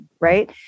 right